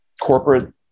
Corporate